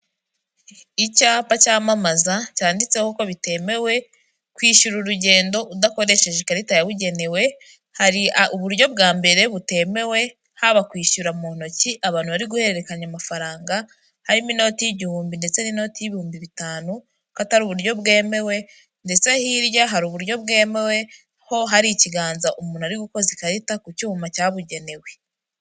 Icyapa cyamamaza cyanditseho ko bitemewe kwishyura urugendo udakoresheje ikarita yabugenewe, hari uburyo bwa mbere butemewe, haba kwishyura mu ntoki abantu bari guhererekanya amafaranga, harimo inoti y'igihumbi ndetse n'inoti y'ibihumbi bitanu ko atari uburyo bwemewe ndetse hirya hari uburyo bwemewe ho hari ikiganza umuntu ari gukoza ikarita ku cyuma cyabugenewe.